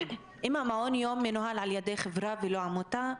אם המעון יום מנוהל על-ידי חברה ולא עמותה,